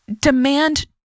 demand